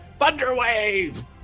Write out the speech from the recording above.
Thunderwave